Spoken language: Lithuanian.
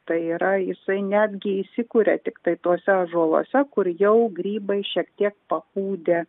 tai yra jisai netgi įsikuria tiktai tuose ąžuoluose kur jau grybai šiek tiek papūdę